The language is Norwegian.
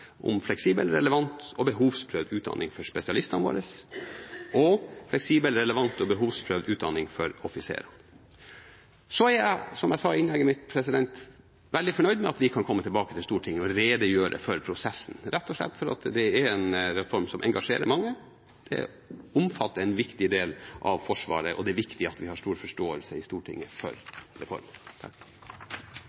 fleksibel, relevant og behovsprøvd utdanning for spesialistene våre og en fleksibel, relevant og behovsprøvd utdanning for offiserer. Så er jeg, som jeg sa i innlegget mitt, veldig fornøyd med at vi kan komme tilbake til Stortinget og redegjøre for prosessen – rett og slett fordi det er en reform som engasjerer mange, og som omfatter en viktig del av Forsvaret. Og det er viktig at det er stor forståelse i